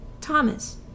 Thomas